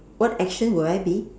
what action will I be